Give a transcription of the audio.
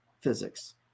physics